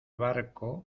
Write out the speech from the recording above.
barco